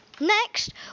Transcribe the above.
Next